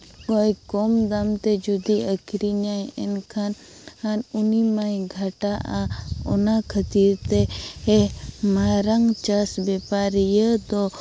ᱠᱚᱢ ᱫᱟᱢᱛᱮ ᱡᱩᱫᱤ ᱟᱹᱠᱷᱨᱤᱧᱟᱭ ᱮᱱᱠᱷᱟᱱ ᱟᱨ ᱩᱱᱤᱢᱟᱭ ᱜᱷᱟᱴᱟᱜᱼᱟ ᱚᱱᱟ ᱠᱷᱟᱹᱛᱤᱨᱛᱮ ᱢᱟᱨᱟᱝ ᱪᱟᱥ ᱵᱮᱯᱟᱨᱤᱭᱟᱹ ᱫᱚ